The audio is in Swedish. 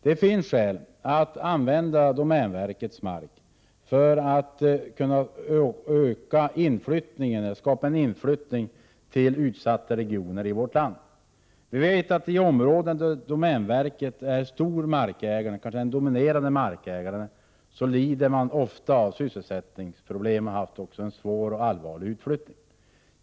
Det finns skäl att använda domänverkets mark för att få i gång en inflyttning till utsatta regioner i vårt land. I områden där domänverket är stor markägare — kanske den dominerande — lider man ofta av brist på sysselsättning och man har också haft en omfattande utflyttning.